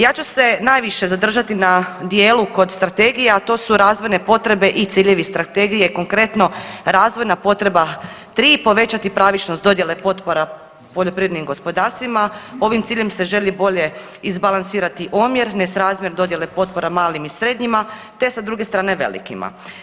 Ja ću se najviše zadržati na dijelu kod Strategije, a to su razvojne potrebe i ciljevi Strategije, konkretno razvojna potreba 3, povećati pravičnost dodjele potpora poljoprivrednim gospodarstvima, ovim ciljem se želi bolje izbalansirati omjer nesrazmjer dodjele potpora malim i srednjima te sa druge strane, velikima.